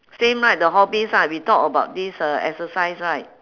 same right the hobbies right we talk about this uh exercise right